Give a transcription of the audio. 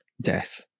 death